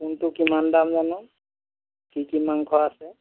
কোনটো কিমান দাম জানো কি কি মাংস আছে